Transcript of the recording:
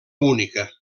única